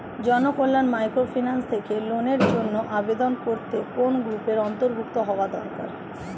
Janakalyan microfinance থেকে লোনের জন্য আবেদন করতে কোন গ্রুপের অন্তর্ভুক্ত হওয়া দরকার?